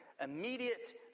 immediate